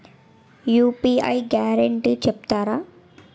UPI guarantee చెప్తారా?